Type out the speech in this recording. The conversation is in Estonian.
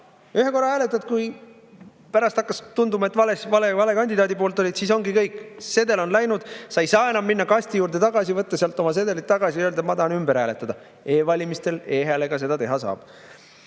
ühe korra hääletad. Kui pärast ka hakkab tunduma, et vale kandidaadi poolt olid, siis ongi kõik, sedel on läinud. Sa ei saa enam minna kasti juurde, võtta sealt oma sedelit tagasi ja öelda, et ma tahan ümber hääletada. E‑valimistel e‑häälega seda teha saab.